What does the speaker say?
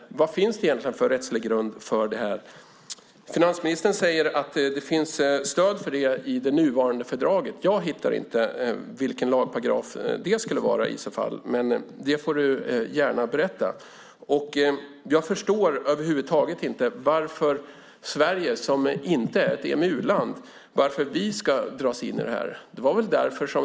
Vad finns det för rättslig grund för det? Finansministern säger att det finns stöd för det i det nuvarande fördraget. Jag hittar inte vilken lagparagraf det skulle vara. Du får gärna berätta det. Jag förstår inte varför Sverige som inte är ett EMU-land ska dras in i detta.